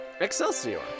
Excelsior